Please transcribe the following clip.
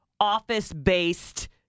office-based